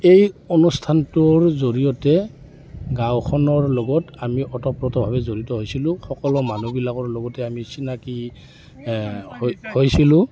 এই অনুষ্ঠানটোৰ জৰিয়তে গাঁওখনৰ লগত আমি ওতপ্ৰোতভাৱে জড়িত হৈছিলোঁ সকলো মানুহবিলাকৰ লগতে আমি চিনাকি হৈছিলোঁ